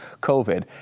COVID